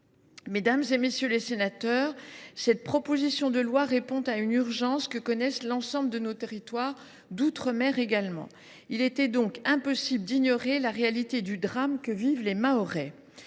Mesdames, messieurs les sénateurs, la présente proposition de loi répond à une urgence que connaissent l’ensemble de nos territoires, y compris l’outre mer. Il était donc impossible d’ignorer la réalité du drame que vivent les Mahorais.